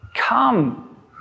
Come